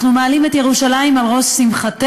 אנחנו מעלים את ירושלים על ראש שמחתנו,